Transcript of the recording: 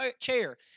chair